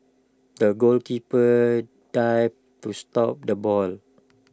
the goalkeeper dived to stop the ball